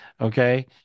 Okay